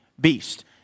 beast